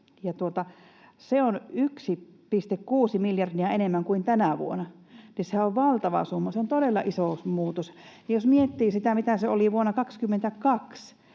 se on 1,6 miljardia enemmän kuin tänä vuonna, niin sehän on valtava summa. Se on todella iso muutos. Jos miettii sitä, mitä se oli vuonna 22,